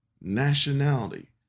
nationality